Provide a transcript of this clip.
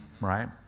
right